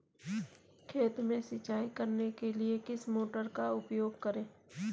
खेत में सिंचाई करने के लिए किस मोटर का उपयोग करें?